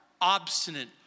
obstinate